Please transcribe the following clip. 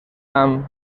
amb